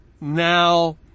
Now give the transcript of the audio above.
Now